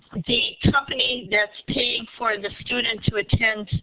the company that's paying for the student to attend